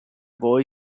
boy